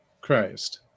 Christ